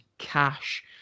Cash